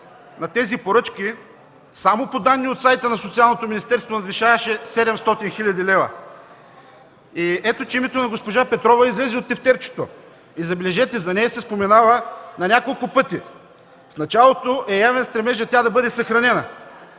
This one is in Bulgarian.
на тези поръчки само по данни от сайта на Социалното министерство надвишаваше 700 хил. лв. Ето че името на госпожа Петрова излезе от тефтерчето. Забележете, че за нея се споменава на няколко пъти. В началото е явен стремежът тя да бъде съхранена,